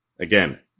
again